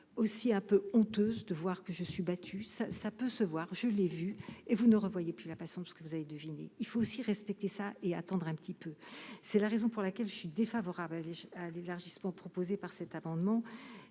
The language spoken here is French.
aussi un peu honteuse de voir que je suis battu, ça, ça peut se voir, je l'ai vu et vous ne revoyez puis la passion parce que vous avez deviné, il faut aussi respecter ça et attendre un petit peu, c'est la raison pour laquelle je suis défavorable à l'élargissement proposé par cet amendement,